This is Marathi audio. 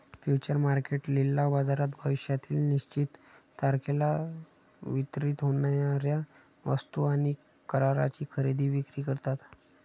फ्युचर मार्केट लिलाव बाजारात भविष्यातील निश्चित तारखेला वितरित होणार्या वस्तू आणि कराराची खरेदी विक्री करतात